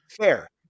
Fair